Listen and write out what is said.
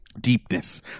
Deepness